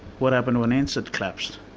what happened when ansett collapsed?